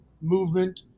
movement